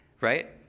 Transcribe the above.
right